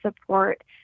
support